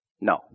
No